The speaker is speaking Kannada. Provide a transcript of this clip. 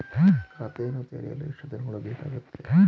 ಖಾತೆಯನ್ನು ತೆರೆಯಲು ಎಷ್ಟು ದಿನಗಳು ಬೇಕಾಗುತ್ತದೆ?